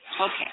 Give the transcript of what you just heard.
okay